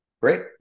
Great